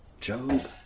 Job